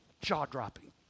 jaw-dropping